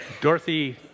Dorothy